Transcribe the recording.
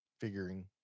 figuring